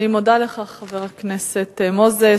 אני מודה לך, חבר הכנסת מוזס.